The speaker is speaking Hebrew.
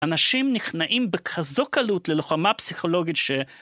אנשים נכנעים בכזו קלות ללוחמה פסיכולוגית ש...